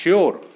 Sure